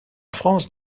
france